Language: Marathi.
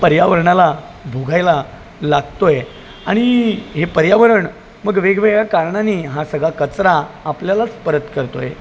पर्यावरणाला भोगायला लागतो आहे आणि हे पर्यावरण मग वेगवेगळ्या कारणांनी हा सगळा कचरा आपल्यालाच परत करतो आहे